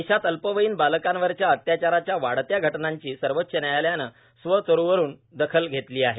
देशात अल्पवयीन बालकांवरच्या अत्याचाराच्या वाढत्या घटनांची सर्वोच्च न्यायालयानं स्वतरूहन दखल घेतली आहे